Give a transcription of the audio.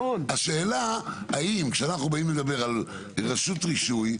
השאלה האם כשאנחנו באים לדבר על רשות רישוי,